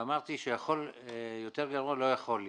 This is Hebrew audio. ואמרתי שיותר גרוע לא יכול להיות.